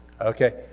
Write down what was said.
Okay